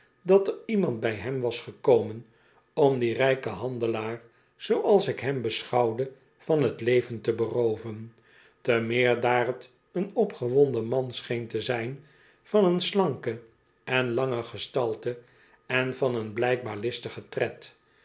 dat er iemand by hem was gekomen om dien rijken handelaar zooals ik hem beschouwde van t leven te berooven te meer daar t een opgewonden man scheen te zijn van een slanke en lange gestalte en van een blijkbaar listigen